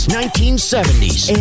1970s